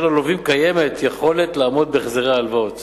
כאשר ללווים קיימת יכולת לעמוד בהחזרי ההלוואות